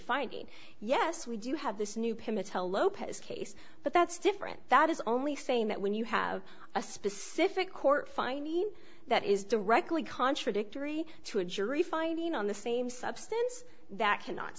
finding yes we do have this new pivotal lopez case but that's different that is only saying that when you have a specific court finding that is directly contradictory to a jury finding on the same substance that cannot